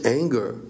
anger